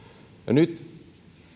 nyt